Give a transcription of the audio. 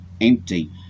empty